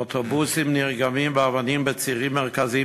אוטובוסים נרגמים באבנים בצירים מרכזיים